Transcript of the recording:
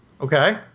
okay